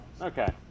Okay